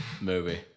movie